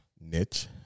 niche